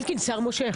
אלקין, שר מושך.